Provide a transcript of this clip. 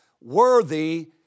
worthy